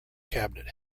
cabinet